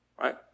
Right